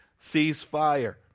ceasefire